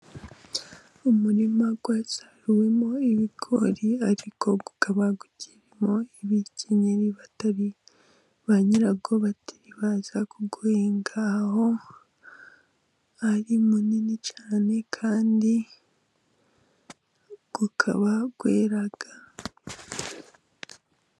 Umurima wasaruwemo ibigori, ariko bikaba ukirimo ibikenyeri batari ba nyirawo, bataribaza kuguhinga, aho ari munini cyane kandi ukaba wera.